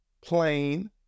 plain